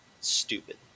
Stupid